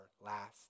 last